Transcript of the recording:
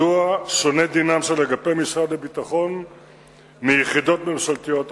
מדוע שונה דינם של אגפי משרד הביטחון מיחידות ממשלתיות אחרות?